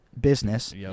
business